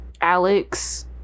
Alex